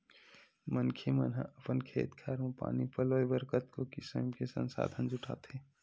मनखे मन ह अपन खेत खार म पानी पलोय बर कतको किसम के संसाधन जुटाथे